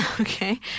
Okay